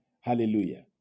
Hallelujah